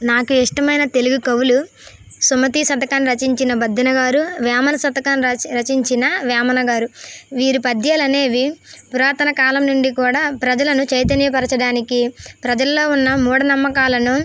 నాకు ఇష్టమైన తెలుగు కవులు సుమతి శతకం రచించిన బద్దెనగారు వేమన శతకం రచించిన వేమనగారు వీరి పద్యాలు అనేవి పురాతన కాలం నుండి కూడా ప్రజలను చైతన్య పరచడానికి ప్రజల్లో ఉన్న మూఢనమ్మకాలను